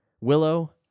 willow